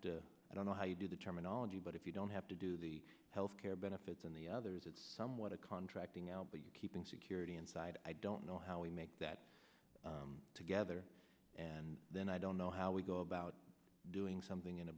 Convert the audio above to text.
i don't know how you do the terminology but if you don't have to do the health care benefits and the others it's somewhat of contracting out but you keeping security inside i don't know how we make that together and then i don't know how we go about doing something in a